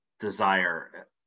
desire